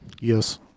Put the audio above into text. Yes